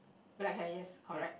black hair ya correct